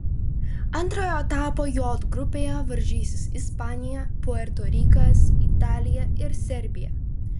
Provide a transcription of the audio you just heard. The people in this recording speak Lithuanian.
antrojo etapo j grupėje varžysis ispanija puerto rikas italija ir serbija